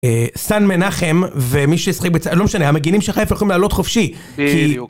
סאן מנחם ומי שישחק בצד לא משנה המגינים שלך חיפה יכולים לעלות חופשי